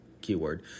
Keyword